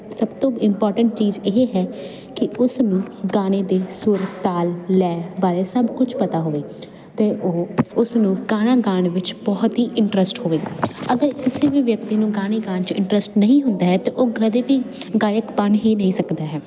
ਸਭ ਤੋਂ ਇੰਪੋਰਟੈਂਟ ਚੀਜ਼ ਇਹ ਹੈ ਕਿ ਉਸ ਨੂੰ ਗਾਣੇ ਦੇ ਸੁਰ ਤਾਲ ਲੈਅ ਬਾਰੇ ਸਭ ਕੁਝ ਪਤਾ ਹੋਵੇ ਅਤੇ ਉਹ ਉਸਨੂੰ ਗਾਣਾ ਗਾਉਣ ਵਿੱਚ ਬਹੁਤ ਹੀ ਇੰਟਰਸਟ ਹੋਵੇ ਅਗਰ ਕਿਸੇ ਵੀ ਵਿਅਕਤੀ ਨੂੰ ਗਾਣੇ ਗਾਉਣ 'ਚ ਇੰਟਰਸਟ ਨਹੀਂ ਹੁੰਦਾ ਹੈ ਅਤੇ ਉਹ ਕਦੇ ਵੀ ਗਾਇਕ ਬਣ ਹੀ ਨਹੀਂ ਸਕਦਾ ਹੈ